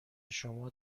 شما